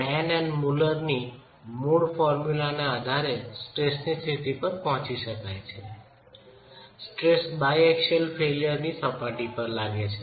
main અને મુલરની મૂળ ફોરમ્મ્યુલેને આધારે સ્ટ્રેસ ની સ્થિતિ પર પહોચી શકાય છે સ્ટ્રેસ બાયએક્સિયલ ફેઇલ્યરનિષ્ફળતાની સપાટી પર લાગે છે